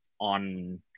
on